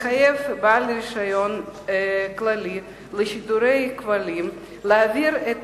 מחייב בעל רשיון כללי לשידורי כבלים להעביר את